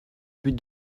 but